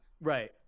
right